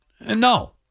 No